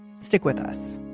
stick with us